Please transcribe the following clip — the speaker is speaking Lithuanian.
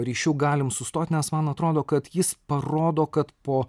ryšiu galim sustot nes man atrodo kad jis parodo kad po